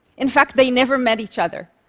in fact, they never met each other.